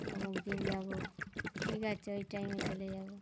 অমুক দিন যাব ঠিক আছে ওই টাইমে চলে যাব